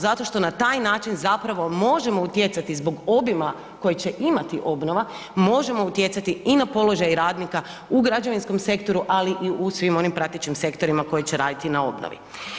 Zato što na taj način zapravo možemo utjecati zbog obima koji će imati obnova možemo utjecati i na položaj radnika u građevinskom sektoru, ali i u svim onim pratećim sektorima koji će raditi na obnovi.